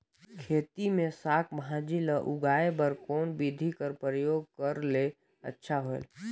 खेती मे साक भाजी ल उगाय बर कोन बिधी कर प्रयोग करले अच्छा होयल?